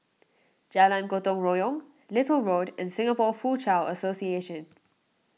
Jalan Gotong Royong Little Road and Singapore Foochow Association